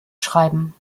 schreiben